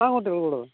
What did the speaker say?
ആൺകുട്ടികൾക്കുള്ളത്